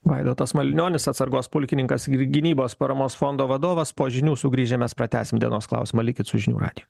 vaidotas malinionis atsargos pulkininkas ir gynybos paramos fondo vadovas po žinių sugrįžę mes pratęsim dienos klausimą likit su žinių radiju